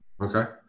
Okay